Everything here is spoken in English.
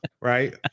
right